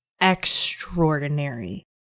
extraordinary